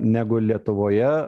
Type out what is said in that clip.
negu lietuvoje